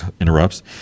interrupts